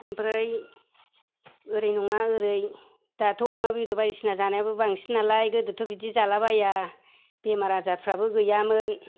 ओमफ्राय ओरै नङा ओरै दाथ' अमा बेदर बायदिसिना जानायाबो बांसिन नालाय गोदोथ' बिदि जालाबाया बेमार आजारफोराबो गैयामोन